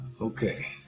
Okay